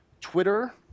twitter